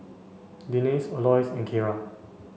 Denice Aloys and Keira